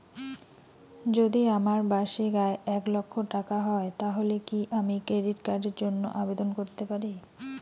যদি আমার বার্ষিক আয় এক লক্ষ টাকা হয় তাহলে কি আমি ক্রেডিট কার্ডের জন্য আবেদন করতে পারি?